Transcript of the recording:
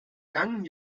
langen